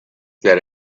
that